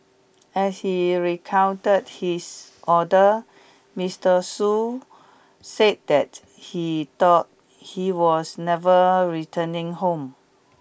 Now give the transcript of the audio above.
as he recounted his order Mister Shoo said that he thought he was never returning home